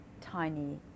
tiny